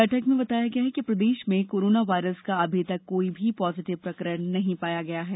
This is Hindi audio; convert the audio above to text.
बैठक में बताया गया कि प्रदेश में कोरोना वायरस का अभी तक कोई भी पॉजीटिव प्रकरण नहीं पाया गया है